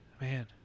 Man